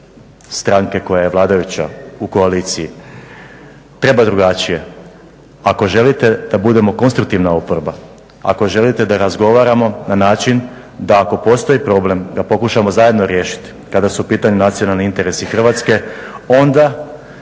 stranke koja je vladajuća u koaliciji, treba drugačije. Ako želite da budemo konstruktivna oporba, ako želite da razgovaramo na način da ako postoji problem da pokušamo zajedno riješiti kada su u pitanju nacionalni interesi Hrvatske onda